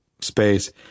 space